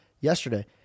yesterday